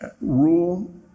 rule